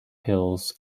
hills